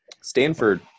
Stanford